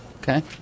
Okay